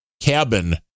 cabin